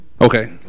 Okay